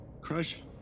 Crush